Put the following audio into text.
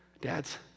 Dads